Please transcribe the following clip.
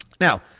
Now